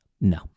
no